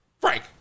Frank